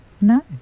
No